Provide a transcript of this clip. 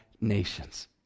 nations